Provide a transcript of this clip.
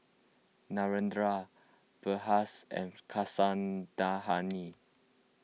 Narendra Verghese and Kasinadhuni